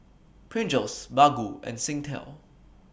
Pringles Baggu and Singtel